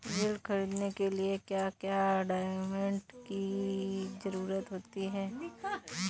ऋण ख़रीदने के लिए क्या क्या डॉक्यूमेंट की ज़रुरत होती है?